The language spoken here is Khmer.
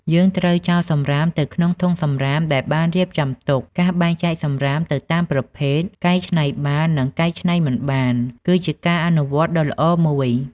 យើងត្រូវចោលសំរាមទៅក្នុងធុងសំរាមដែលបានរៀបចំទុក ការបែងចែកសំរាមទៅតាមប្រភេទ កែច្នៃបាន និងកែច្នៃមិនបាន គឺជាការអនុវត្តដ៏ល្អមួយ។